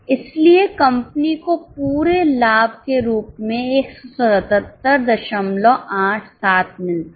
इसलिए कंपनी को पूरे लाभ के रूप में 17787 मिलता है